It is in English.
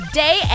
day